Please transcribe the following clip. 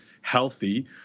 healthy